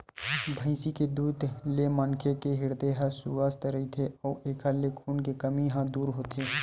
भइसी के दूद ले मनखे के हिरदे ह सुवस्थ रहिथे अउ एखर ले खून के कमी ह दूर होथे